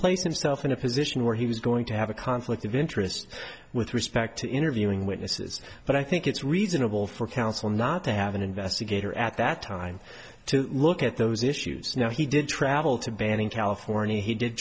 place himself in a position where he was going to have a conflict of interest with respect to interviewing witnesses but i think it's reasonable for counsel not to have an investigator at that time to look at those issues you know he did travel to banning california he did